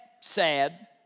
sad